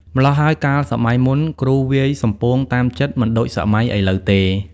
ម៉្លោះហើយ កាលសម័យមុនគ្រូវាយសំពងតាមចិត្ត មិនដូចសម័យឥឡូវទេ។